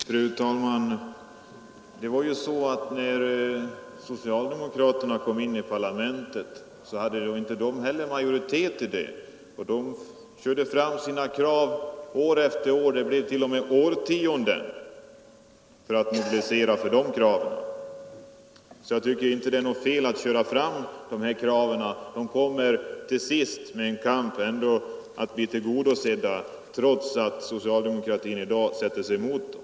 Fru talman! När socialdemokraterna kom in i parlamentet hade de inte heller majoritet. De körde fram sina krav år efter år, det blev t.o.m. årtionden. Jag tycker inte det är något fel att köra fram dessa krav. De kommer till sist, med en kamp, ändå att bli tillgodosedda trots att socialdemokratin i dag sätter sig emot dem.